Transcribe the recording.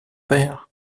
père